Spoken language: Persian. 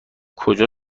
کجا